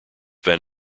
van